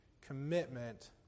commitment